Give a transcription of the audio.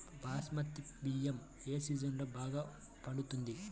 బాస్మతి బియ్యం ఏ సీజన్లో బాగా పండుతుంది?